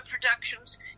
productions